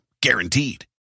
Guaranteed